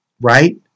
right